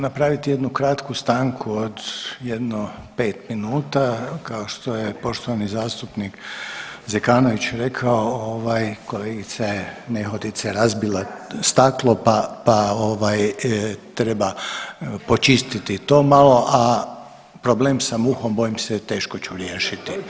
Sad ćemo napraviti jednu kratku stanku od jedno 5 minuta, kao što je poštovani zastupnik Zekanović rekao ovaj kolegica je nehotice razbila staklo, pa, pa ovaj treba počistiti to malo, a problem sa muhom bojim se teško ću riješiti.